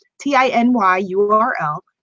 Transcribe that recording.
T-I-N-Y-U-R-L